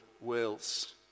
wills